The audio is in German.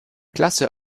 klasse